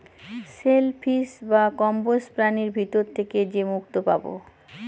shell fish বা কম্বোজ প্রাণীর ভিতর থেকে যে মুক্তো পাবো